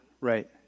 right